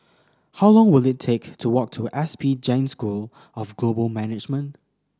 how long will it take to walk to S P Jain School of Global Management